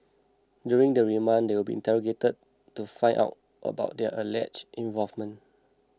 during the remand they will be interrogated to find out about their alleged involvement